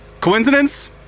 Coincidence